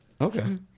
Okay